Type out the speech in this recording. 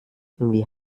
wie